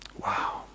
Wow